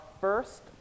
first